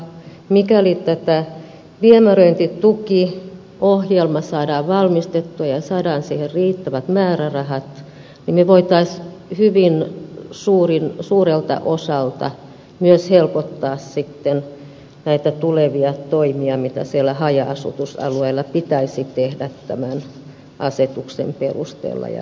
mikäli tämä viemäröintitukiohjelma saadaan valmistettua ja saadaan siihen riittävät määrärahat niin me voisimme hyvin suurelta osalta myös helpottaa sitten näitä tulevia toimia mitä siellä haja asutusalueella pitäisi tehdä tämän asetuksen perusteella ja lain perusteella